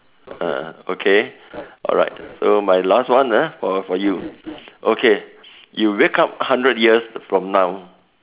uh okay alright so my last one ah for for you okay you wake up hundred years from now